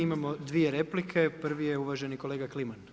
Imamo dvije replike, prvi je uvaženi kolega Kliman.